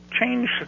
change